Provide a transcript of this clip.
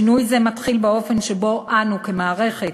שינוי זה מתחיל באופן שבו אנו, כמערכת,